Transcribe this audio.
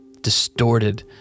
distorted